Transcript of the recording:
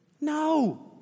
No